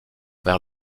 vers